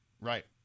Right